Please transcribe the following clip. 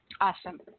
Awesome